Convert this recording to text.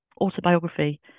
autobiography